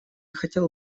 хотел